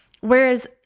Whereas